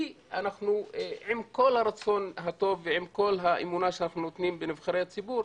כי עם כל הרצון הטוב ועם כל האמונה שלנו בנבחרי ציבור,